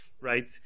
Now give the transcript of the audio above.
right